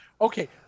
okay